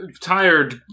tired